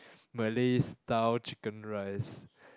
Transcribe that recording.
Malay style chicken rice